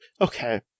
okay